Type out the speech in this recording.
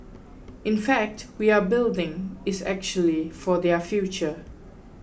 in fact we are building is actually for their future